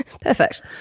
perfect